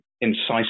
incisive